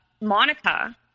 Monica